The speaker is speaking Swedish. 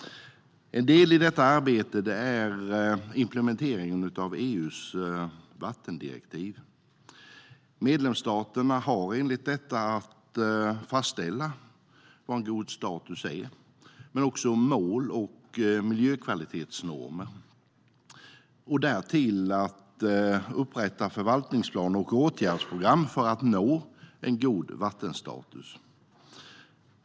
En del i detta arbete är implementeringen av EU:s vattendirektiv. Medlemsstaterna har enligt detta att fastställa både vad en god status är och mål och miljökvalitetsnormer. Därtill ska de upprätta förvaltningsplaner och åtgärdsprogram för att nå en god vattenstatus.